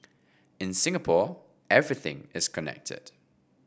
in Singapore everything is connected